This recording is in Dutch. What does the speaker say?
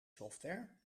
software